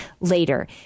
later